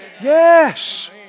Yes